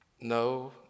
No